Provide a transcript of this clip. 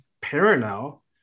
parallel